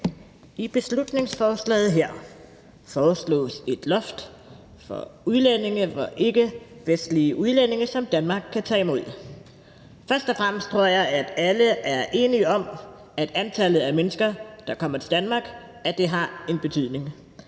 I beslutningsforslaget her foreslås et loft for ikkevestlige udlændinge, som Danmark kan tage imod. Først og fremmest tror jeg, at alle er enige om, at antallet af mennesker, der kommer til Danmark, har en betydning.